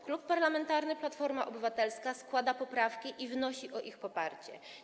Klub Parlamentarny Platforma Obywatelska składa poprawki i wnosi o ich poparcie.